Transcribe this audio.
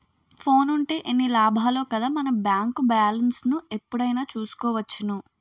ఫోనుంటే ఎన్ని లాభాలో కదా మన బేంకు బాలెస్ను ఎప్పుడైనా చూసుకోవచ్చును